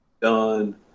done